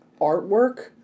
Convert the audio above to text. artwork